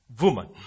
woman